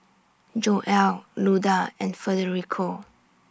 Joel Luda and Federico